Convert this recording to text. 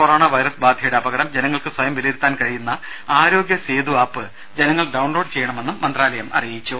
corona virus ബാധയുടെ അപകടം ജനങ്ങൾക്ക് സ്വയം വിലയിരുത്തുവാൻ കഴിയുന്ന ആരോഗ്യ സേതു ആപ്പ് ജനങ്ങൾ ഡൌൺലോഡ് ചെയ്യണമെന്ന് മന്ത്രാലയം അറിയിച്ചു